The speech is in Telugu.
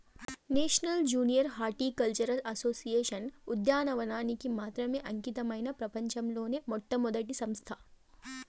నేషనల్ జూనియర్ హార్టికల్చరల్ అసోసియేషన్ ఉద్యానవనానికి మాత్రమే అంకితమైన ప్రపంచంలో మొట్టమొదటి సంస్థ